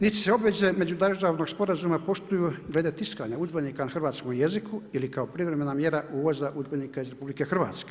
Niti se obveze međudržavnog sporazuma poštuju glede tiskanja udžbenika na hrvatskom jeziku ili kao privremena mjera uvoza udžbenika iz RH.